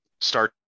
start